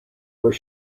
were